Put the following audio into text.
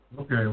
Okay